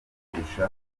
kurusha